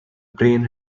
brain